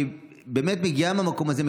היא באמת מגיעה מהמקום הזה,